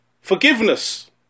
forgiveness